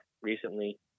recently